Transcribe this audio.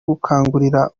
gukangurira